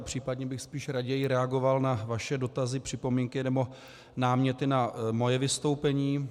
Případně bych raději reagoval na vaše dotazy, připomínky nebo náměty na svoje vystoupení.